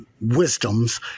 wisdoms